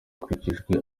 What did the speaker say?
hakurikijwe